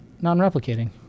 non-replicating